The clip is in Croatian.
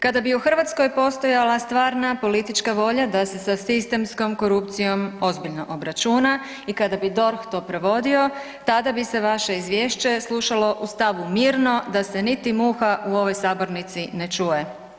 Kada bi u Hrvatskoj postojala stvarna politička volja da se sistemskom korupcijom ozbiljno obračuna i kada bi DORH to provodio, tada bi se vaše Izvješće slušalo u stavu mirno da se niti muha u ovoj sabornici ne čuje.